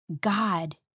God